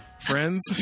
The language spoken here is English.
friends